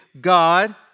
God